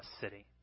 city